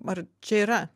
ar čia yra